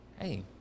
hey